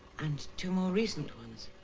and two more recent ones.